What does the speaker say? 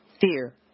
fear